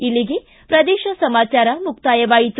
ಇಲ್ಲಿಗೆ ಪ್ರದೇಶ ಸಮಾಚಾರ ಮುಕ್ತಾಯವಾಯಿತ